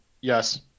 yes